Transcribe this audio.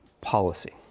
policy